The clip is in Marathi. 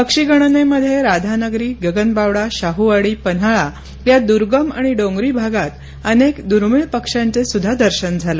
पक्षी गणनेमध्ये राधानगरी गगनबावडा शाहवाडी पन्हाळा या दुर्गम आणि डोंगरी भागात अनेक दुर्मिळ पक्ष्यांचे सुद्धा दर्शन झाले